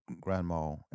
Grandma